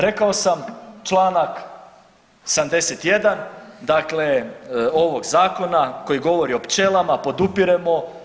Rekao sam čl. 71., dakle ovog zakona koji govori o pčelama podupiremo.